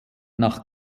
nach